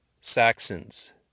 Saxons